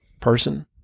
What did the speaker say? person